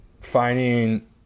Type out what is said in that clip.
finding